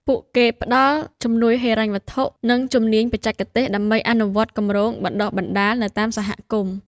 ពួកគេផ្តល់ជំនួយហិរញ្ញវត្ថុនិងជំនាញបច្ចេកទេសដើម្បីអនុវត្តគម្រោងបណ្តុះបណ្តាលនៅតាមសហគមន៍។